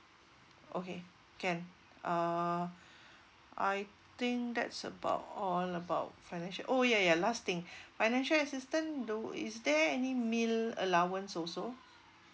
okay can uh I think that's about all about financial oh ya ya last thing financial assistant do is there any meal allowance also